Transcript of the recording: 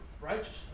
righteousness